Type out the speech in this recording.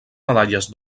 medalles